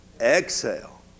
Exhale